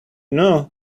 know